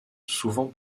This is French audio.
souvent